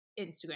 Instagram